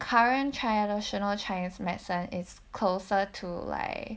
current traditional medicine is closer to like